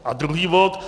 A druhý bod.